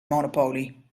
monopolie